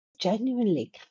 genuinely